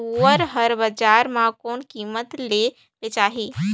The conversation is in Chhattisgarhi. सुअर हर बजार मां कोन कीमत ले बेचाही?